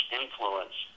influence